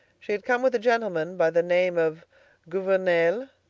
she had come with a gentleman by the name of gouvernail,